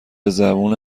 زبون